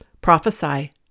Prophesy